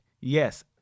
Yes